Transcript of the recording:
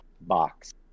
box